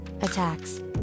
attacks